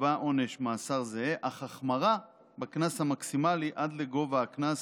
ייקבע עונש מאסר זהה אך תהיה החמרה בקנס המקסימלי עד לגובה הקנס